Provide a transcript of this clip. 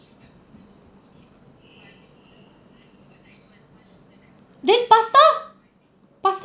then pasta pasta